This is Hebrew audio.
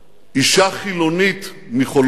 אשה חילונית מחולון,